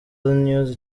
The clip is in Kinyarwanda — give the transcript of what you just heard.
news